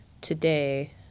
today